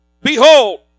behold